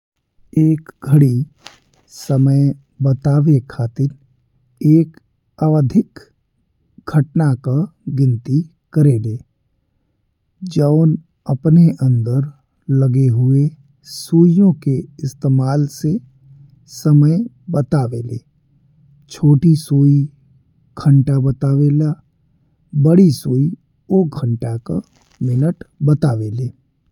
एक घड़ी समय बतावे खातिर एक अवधिक घटना का गिनती करेले। जौन अपने अंदर लगे हुए सुइयों के इस्तेमाल से समय बतावेले, छोटी सुई घंटा बतावेले, बड़ी सुई उ घंटा का मिनट बतावेले।